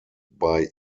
bei